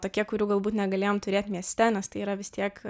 tokie kurių galbūt negalėjom turėt mieste nes tai yra vis tiek